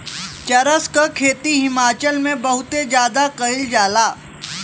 चरस क खेती हिमाचल में बहुते जादा कइल जाला